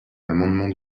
l’amendement